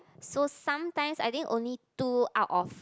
so sometimes I think only two out of